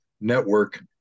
network